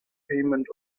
payment